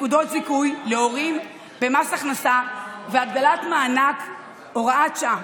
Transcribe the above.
נקודות זיכוי להורים במס הכנסה והגדלת מענק בהוראת שעה.